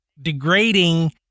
degrading